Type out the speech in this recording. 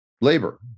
labor